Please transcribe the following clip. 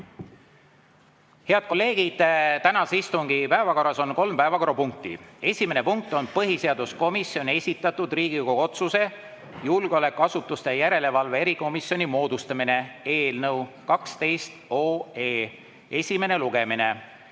Head kolleegid! Tänase istungi päevakorras on kolm päevakorrapunkti. Esimene punkt on põhiseaduskomisjoni esitatud Riigikogu otsuse "Julgeolekuasutuste järelevalve erikomisjoni moodustamine" eelnõu 12 esimene lugemine.